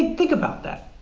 think about that,